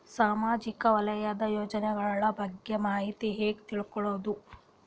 ಸಾಮಾಜಿಕ ವಲಯದ ಯೋಜನೆಗಳ ಬಗ್ಗೆ ಮಾಹಿತಿ ಹ್ಯಾಂಗ ತಿಳ್ಕೊಳ್ಳುದು?